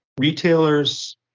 retailers